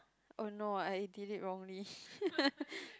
oh no I delete wrongly